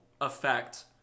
effect